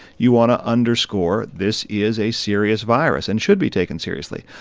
you want to underscore this is a serious virus and should be taken seriously.